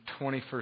21st